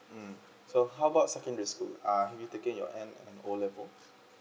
mm so how about secondary school uh have you taking your N and O level